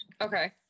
okay